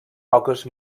poques